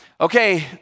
okay